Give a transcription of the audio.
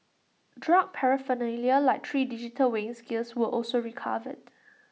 drug paraphernalia like three digital weighing scales were also recovered